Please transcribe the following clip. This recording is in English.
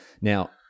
Now